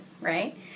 right